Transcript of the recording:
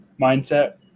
mindset